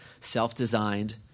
self-designed